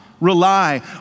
rely